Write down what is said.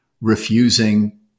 refusing